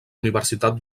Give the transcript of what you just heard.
universitat